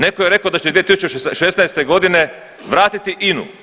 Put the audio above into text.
Netko je rekao da će 2016. godine vratiti INU.